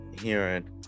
hearing